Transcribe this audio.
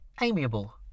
amiable